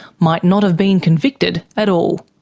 might not have been convicted at all.